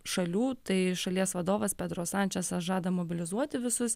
šalių tai šalies vadovas pedro sančesas žada mobilizuoti visus